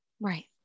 Right